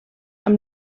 amb